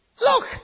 Look